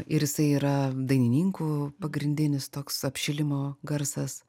ir jisai yra dainininkų pagrindinis toks apšilimo garsas